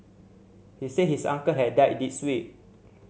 he said his uncle had died this week